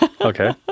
Okay